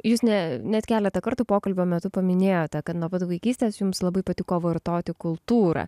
jūs ne net keletą kartų pokalbio metu paminėjote kad nuo pat vaikystės jums labai patiko vartoti kultūrą